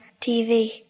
TV